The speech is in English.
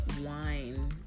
wine